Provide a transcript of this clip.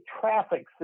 traffic